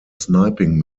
sniping